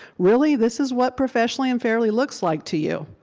really, this is what professionally and fairly looks like to you?